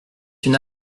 une